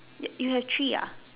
you you have three ah